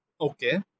okay